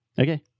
Okay